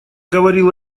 говорил